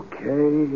Okay